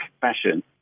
fashion